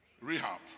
rehab